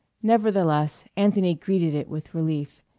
nevertheless, anthony greeted it with relief.